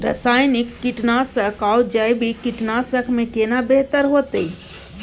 रसायनिक कीटनासक आ जैविक कीटनासक में केना बेहतर होतै?